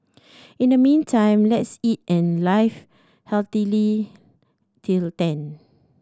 in the meantime let's eat and live healthily till then